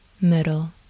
middle